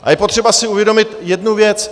A je potřeba si uvědomit jednu věc.